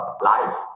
life